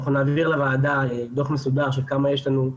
אנחנו נעביר לוועדה דוח מסודר של כמה יש לנו,